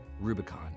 Rubicon